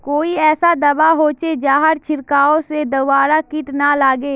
कोई ऐसा दवा होचे जहार छीरकाओ से दोबारा किट ना लगे?